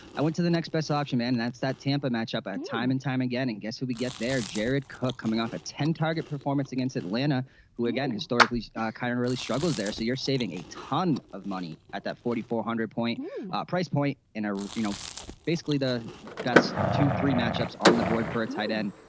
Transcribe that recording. i went to the next best option and that's that tampa match up at time and time again and guess who we get there jared cook coming off a ten target performance against atlanta who again historically client really struggles there. so you're saving a ton of money at that forty four hundred point price point and ah you know basically the that's two three matchups on the board for a tight end.